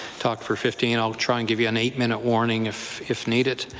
talk for fifteen. i'll try and give you an eight minute warning if if needed.